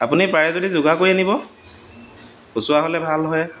আপুনি পাৰে যদি যোগাৰ কৰি আনিব খুচুৰা হ'লে ভাল হয়